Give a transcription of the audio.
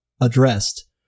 addressed